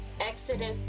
Exodus